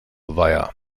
weiher